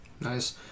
Nice